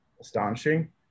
astonishing